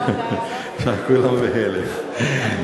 אפשר להצביע עכשיו, אחרי ההודעה הזאת.